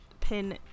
pin